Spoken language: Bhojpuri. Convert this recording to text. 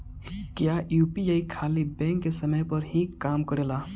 क्या यू.पी.आई खाली बैंक के समय पर ही काम करेला?